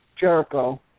Jericho